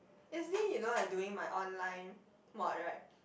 yesterday you know I doing my online mod right